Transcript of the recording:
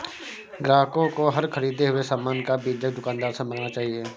ग्राहकों को हर ख़रीदे हुए सामान का बीजक दुकानदार से मांगना चाहिए